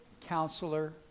counselor